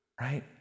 right